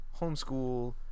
homeschool